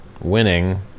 winning